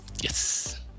Yes